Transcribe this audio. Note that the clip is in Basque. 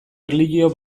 erlijio